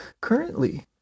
Currently